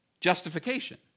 justification